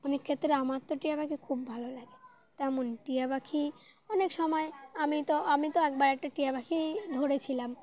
অনেক ক্ষেত্রে আমার তো টিয় পাখি খুব ভালো লাগে তেমন টিয় পাখি অনেক সময় আমি তো আমি তো একবার একটা টিয়া পাখি ধরেছিলাম